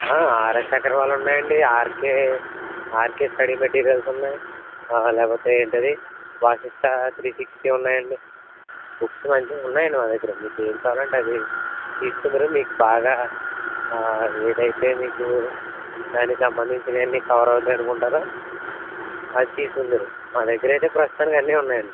RS Agarwal ఉన్నాయండి R K R K study materials ఉన్నాయి లేకపోతే ఏంటది వాశిష్ట త్రీ సిక్స్టీ ఉన్నాయండి బుక్స్ మంచి ఉన్నాయండి మా దగ్గర మీకేది కావాలంటే అది తీసుకుందరు మీకు బాగా ఏదైతే మీకు దానికి సంబంధించినవన్నీ కవర్ అవుతాయి అనుకుంటారో అవి తీసుకుందరు మా దగ్గరయితే ప్రస్తుతానికి అన్నీ ఉన్నాయండి